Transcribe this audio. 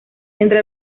entre